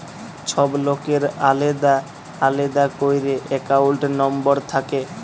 ছব লকের আলেদা আলেদা ক্যইরে একাউল্ট লম্বর থ্যাকে